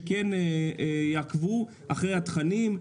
שכן יעקוב אחרי התכנים,